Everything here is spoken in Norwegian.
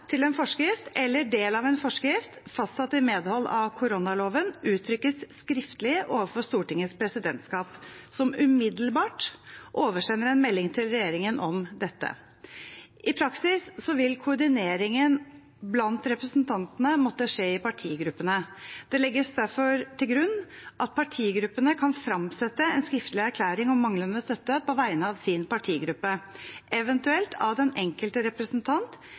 til en forskrift eller del av en forskrift fastsatt i medhold av koronaloven uttrykkes skriftlig overfor Stortingets presidentskap, som umiddelbart oversender en melding til regjeringen om dette. I praksis vil koordineringen blant representantene måtte skje i partigruppene. Det legges derfor til grunn at partigruppene kan fremsette en skriftlig erklæring om manglende støtte på vegne av sin partigruppe, eventuelt av den enkelte representant